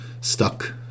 stuck